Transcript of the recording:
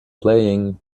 playing